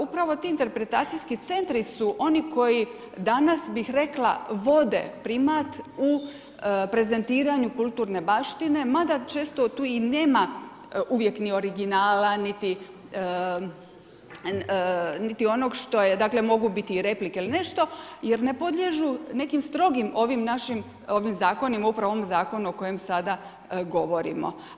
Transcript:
Upravo ti interpretacijski centri su oni koji danas, bih rekla, vode primat u prezentiranju kulturne baštine, mada često tu i nema uvijek ni originala niti onog što je, dakle, mogu biti replike ili nešto, jer ne podliježu nekim strogim ovim našim, ovim zakonom, upravo u ovom zakonu o kojem sada govorimo.